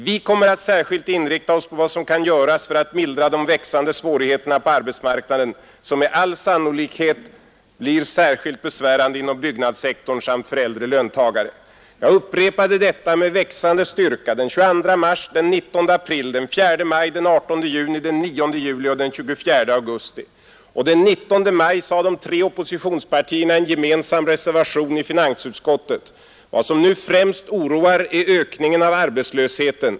Vi kommer att särskilt inrikta oss på vad som kan göras för att mildra de växande svårigheterna på arbetsmarknaden, som med all sannolikhet blir särskilt besvärande inom byggnadssektorn samt för äldre löntagare. Jag upprepade detta med växande styrka den 22 mars, den 19 april, den 4 maj, den 18 juni, den 9 juli och den 24 augusti. Den 19 maj sade de tre oppositionspartierna i en gemensam reservation i finansutskottet följande: ”Vad som nu främst oroar är ökningen av arbetslösheten.